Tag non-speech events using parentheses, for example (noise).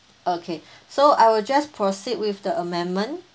okay (breath) so I will just proceed with the amendment